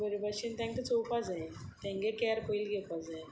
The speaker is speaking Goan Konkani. बरे भाशेन तांकां चोवपा जाय तांची कॅअर पयली घेवपाक जाय